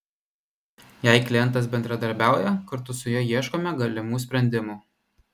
jei klientas bendradarbiauja kartu su juo ieškome galimų sprendimų